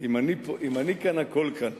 אם אני כאן, הכול כאן,